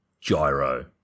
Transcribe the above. Gyro